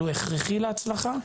אבל הוא הכרחי להצלחה,